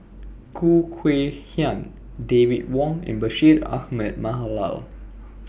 Khoo Kay Hian David Wong and Bashir Ahmad